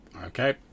Okay